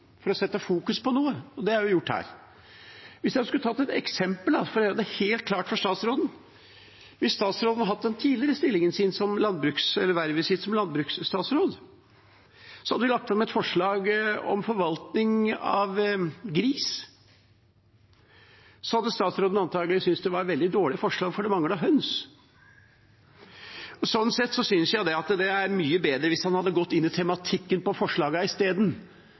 for å sette fokus på noe, og det har vi gjort her. Jeg kan ta et eksempel for å gjøre det helt klart for statsråden: Hvis statsråden hadde hatt det tidligere vervet sitt, som landbruksstatsråd, og vi hadde lagt fram et forslag om forvaltning av gris, hadde statsråden antakelig syntes det var et veldig dårlig forslag, fordi det manglet høns. Sånn sett synes jeg det hadde vært mye bedre hvis han hadde gått inn i tematikken i forslagene isteden. Det er konkrete forslag, som statsråden kunne ha debattert. Det ville vært en fin måte å gjøre det på